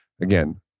again